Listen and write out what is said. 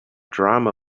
drama